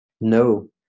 no